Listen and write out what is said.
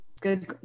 Good